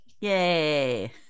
yay